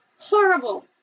horrible